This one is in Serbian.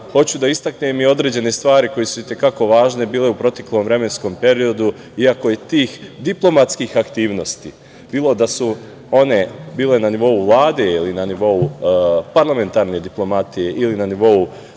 hoću da istaknem i određene stvari koje su i te kako važne bile u proteklom vremenskom periodu, iako i tih diplomatskih aktivnosti, bilo da su one bile na nivou Vlade ili na nivou parlamentarne diplomatije ili na nivou